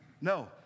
No